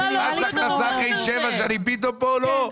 פתאום פה לא,